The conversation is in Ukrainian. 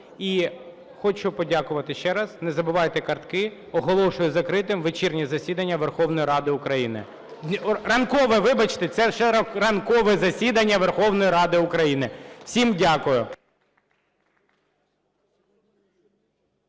І хочу подякувати ще раз. Не забувайте картки. Оголошую закритим вечірнє засідання Верховної Ради України. Ранкове, вибачте, це ще ранкове засідання Верховної Ради України. Всім дякую.